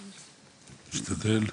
אשתדל.